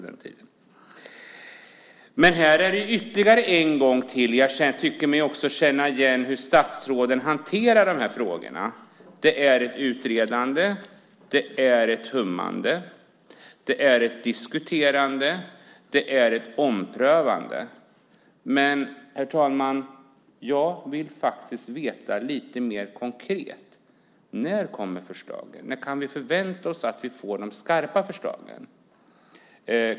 Här tycker jag mig ytterligare en gång känna igen hur statsråden hanterar de här frågorna. Det är ett utredande, det är ett hummande, det är ett diskuterande och det är ett omprövande. Men, herr talman, jag vill faktiskt veta lite mer konkret: När kommer förslagen? När kan vi förvänta oss att vi får de skarpa förslagen?